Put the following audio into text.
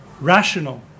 rational